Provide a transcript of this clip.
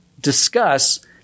discuss